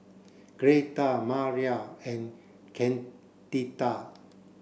Gretta Maria and Candida